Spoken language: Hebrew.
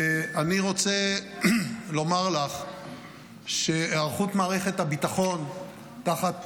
אני רוצה לומר לך שבהיערכות מערכת הביטחון תחת